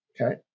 Okay